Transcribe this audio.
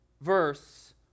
verse